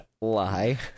Lie